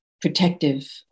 protective